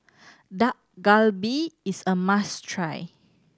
Dak Galbi is a must try